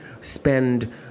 spend